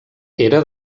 era